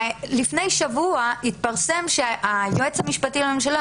לפני שבוע התפרסם שהיועץ המשפטי לממשלה